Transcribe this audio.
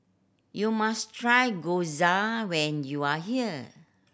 you must try Gyoza when you are here